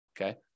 okay